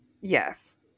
Yes